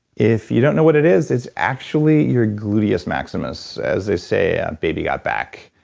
if you don't know what it is, it's actually your gluteus maximus. as they say, ah baby got back.